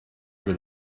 with